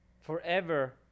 forever